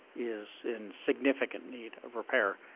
is in significant need of repair.